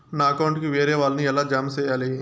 నా అకౌంట్ కు వేరే వాళ్ళ ని ఎలా జామ సేయాలి?